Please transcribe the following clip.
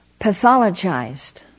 pathologized